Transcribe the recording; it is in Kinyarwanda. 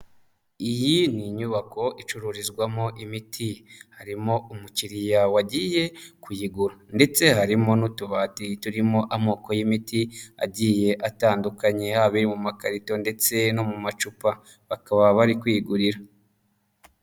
Iyi ni inyubako icururizwamo imiti. Harimo umukiriya wagiye kuyigura ndetse harimo n'utubati turimo amoko y'imiti agiye atandukanye, haba iyo mu makarito ndetse no mu macupa, bakaba bari kwigurira.